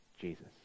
Jesus